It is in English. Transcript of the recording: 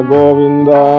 Govinda